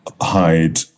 hide